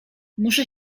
muszę